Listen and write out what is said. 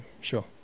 Sure